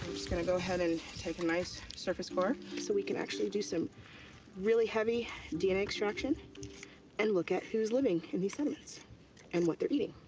just going to go ahead and take a nice surface core so we can actually do some really heavy dna extraction and look at who's living in these sediments and what they're eating.